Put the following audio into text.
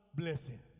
blessing